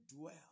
dwell